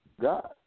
God